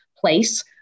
place